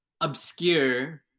obscure